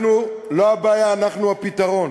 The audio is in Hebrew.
אנחנו לא הבעיה, אנחנו הפתרון.